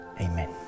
Amen